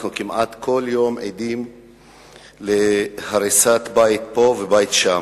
אנחנו כמעט כל יום עדים להריסת בית פה ובית שם.